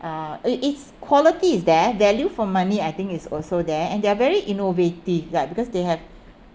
uh it it's quality is there value for money I think is also there and they're very innovative ya because they have